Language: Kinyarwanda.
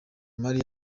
imari